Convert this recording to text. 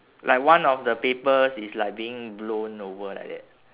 like one of the papers is like being blown over like that